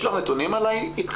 יש לך נתונים על ההתקשרויות?